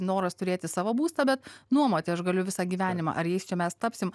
noras turėti savo būstą bet nuomoti aš galiu visą gyvenimą ar jais čia mes tapsim